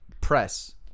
Press